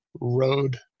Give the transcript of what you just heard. Road